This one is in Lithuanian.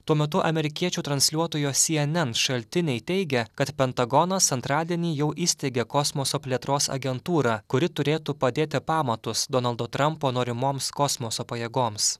tuo metu amerikiečių transliuotojo syenen šaltiniai teigia kad pentagonas antradienį jau įsteigė kosmoso plėtros agentūrą kuri turėtų padėti pamatus donaldo trampo norimoms kosmoso pajėgoms